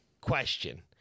question